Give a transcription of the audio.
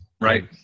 right